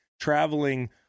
traveling